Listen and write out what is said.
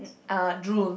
uh drool